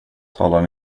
talar